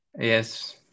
yes